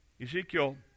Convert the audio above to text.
Ezekiel